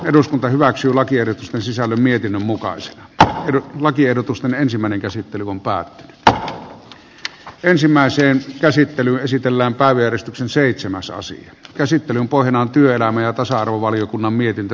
eduskunta hyväksyy lakiehdotusten sisällön mietinnön mukaan se tapahdu lakiehdotus on ensimmäinen käsittely on päättänyt että tuo ensimmäiseen käsittelyyn esitellään päävieras on seitsemäsosan käsittelyn pohjana on työelämä ja tasa arvovaliokunnan mietintö